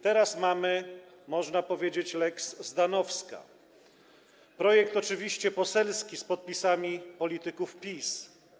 Teraz mamy, można powiedzieć, lex Zdanowska, projekt oczywiście poselski z podpisami polityków PiS.